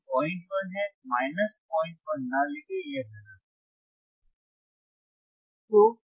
gain 01 है minus 01 न लिखें यह गलत है